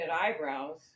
eyebrows